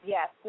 Yes